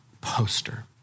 poster